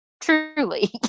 truly